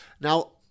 Now